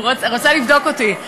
רזבוזוב, הוא רצה לבדוק אותי.